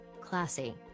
Classy